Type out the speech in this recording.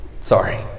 Sorry